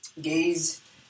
Gaze